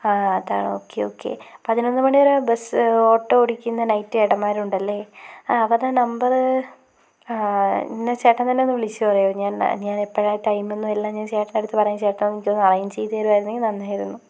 ആ അതാ okay okay പതിനൊന്ന് മണിവരെ ബസ് ഓട്ടോ ഓടിക്കുന്ന നൈറ്റ് ചേട്ടന്മാരുണ്ടല്ലേ അവർടെ നമ്പറ് ആ എന്നാൽ ചേട്ടൻ തന്നെ ഒന്ന് വിളിച്ചു പറയുവോ ഞാൻ ഞാൻ എപ്പോഴാണ് ടൈമെന്നും എല്ലാം ഞാൻ ചേട്ടൻ്റെടുത്ത് പറയാം ചേട്ടൻ അതൊന്ന് എനിക്ക് അറേഞ്ച് ചെയ്തുതരുമായിരുന്നെങ്കിൽ നന്നായിരുന്നു